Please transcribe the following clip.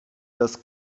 dass